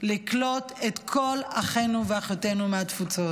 לקלוט את כל אחינו ואחיותינו מהתפוצות.